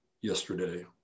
yesterday